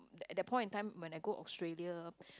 at that point in time when I go Australia